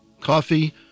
Coffee